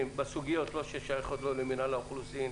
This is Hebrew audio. בסוגיות שאינן שייכות למינהל אוכלוסין.